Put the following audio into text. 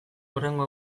hurrengo